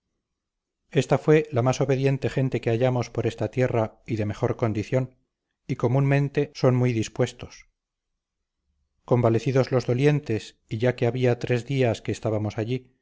esta fue la más obediente gente que hallamos por esta tierra y de mejor condición y comúnmente son muy dispuestos convalecidos los dolientes y ya que había tres días que estábamos allí